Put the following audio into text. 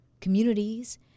communities